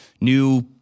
new